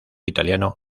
italiano